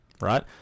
right